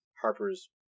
Harper's